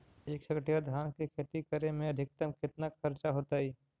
एक हेक्टेयर धान के खेती करे में अधिकतम केतना खर्चा होतइ?